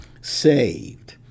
saved